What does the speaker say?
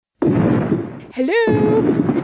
Hello